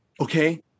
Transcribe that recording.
Okay